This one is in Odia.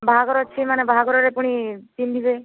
ବାହାଘର ଅଛି ମାନେ ବାହାଘରରେ ପୁଣି ପିନ୍ଧିବେ